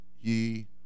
ye